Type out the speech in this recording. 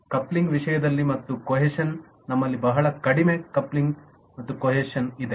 coupling ವಿಷಯದಲ್ಲಿ ಮತ್ತು cohesion ನಮ್ಮಲ್ಲಿ ಬಹಳ ಕಡಿಮೆ ಕಾಪ್ಲಿನ್ಗ್ ಕೊಹೇಷನ್ ಇದೆ